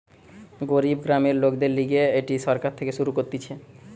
গরিব গ্রামের লোকদের লিগে এটি সরকার থেকে শুরু করতিছে